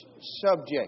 subject